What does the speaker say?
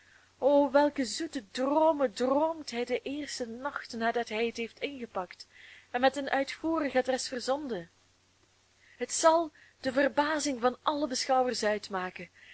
o welke zoete droomen droomt hij den eersten nacht nadat hij het heeft ingepakt en met een uitvoerig adres verzonden het zal de verbazing van alle beschouwers uitmaken